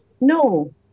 No